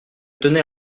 tenais